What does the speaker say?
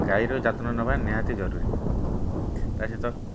ଗାଈର ଯତ୍ନ ନେବା ନିହାତି ଜରୁରୀ ତା' ସହିତ